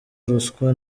ruswa